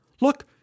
Look